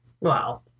Wow